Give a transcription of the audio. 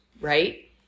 right